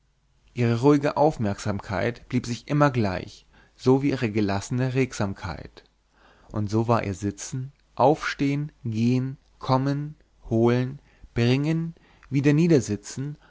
ihre ruhige aufmerksamkeit blieb sich immer gleich so wie ihre gelassene regsamkeit und so war ihr sitzen aufstehen gehen kommen holen bringen wiederniedersitzen